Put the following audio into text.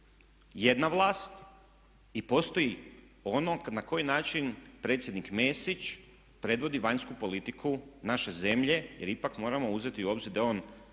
jedna vlast i postoji ono na koji način predsjednik Mesić predvodi vanjsku politiku naše zemlje jer ipak moramo uzeti u obzir da on